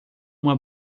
uma